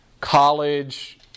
college